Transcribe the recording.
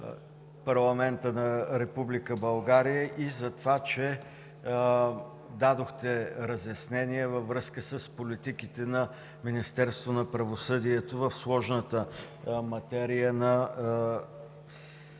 парламента на Република България и за това, че дадохте разяснения във връзка с политиките на Министерството на правосъдието в сложната материя на